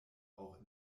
auch